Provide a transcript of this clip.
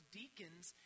deacons